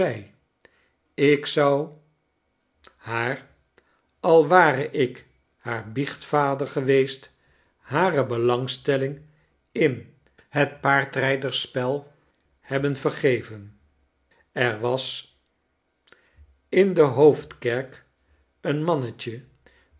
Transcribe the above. ik zou haar al ware ik haar biechtvader geweest hare belangstelling in het paardrijdersspel hebben vergeven er was in de hoofdkerk een mannetje